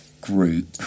group